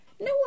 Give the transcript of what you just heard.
no